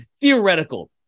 theoretical